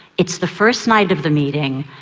it's the first night of the meeting,